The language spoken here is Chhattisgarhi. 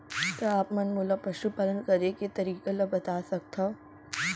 का आप मन मोला पशुपालन करे के तरीका ल बता सकथव?